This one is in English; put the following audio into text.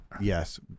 Yes